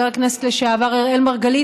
וחבר הכנסת לשעבר אראל מרגלית,